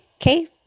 Okay